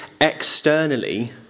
externally